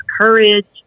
courage